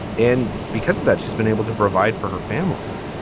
and because of that, she's been able to provide for her family.